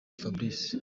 fabrice